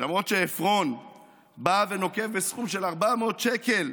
ולמרות שעפרון בא ונוקב בסכום של 400 שקל,